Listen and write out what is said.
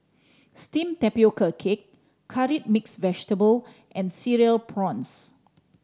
steamed tapioca cake Curry Mixed Vegetable and Cereal Prawns